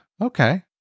okay